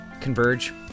Converge